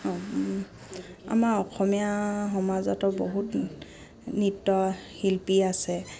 অঁ আমাৰ অসমীয়া সমাজতো বহুত নৃত্য শিল্পী আছে